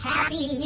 Happy